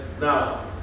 Now